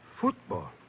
Football